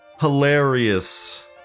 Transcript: Hilarious